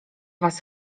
was